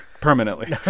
permanently